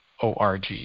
Org